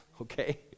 Okay